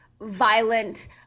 violent